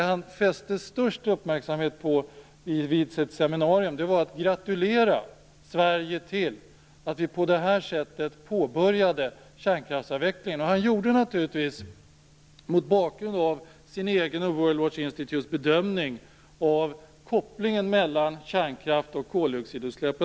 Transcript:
Han fäste störst uppmärksamhet vid seminariet till att gratulera Sverige till att på detta sätt påbörja kärnkraftsavvecklingen. Detta gjorde han mot bakgrund av hans egen och World Watch Institute's bedömning av kopplingen mellan kärnkraft och utsläpp av koldioxid.